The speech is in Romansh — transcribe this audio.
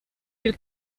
dil